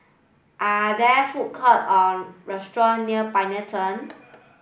are there food court or restaurant near Pioneer Turn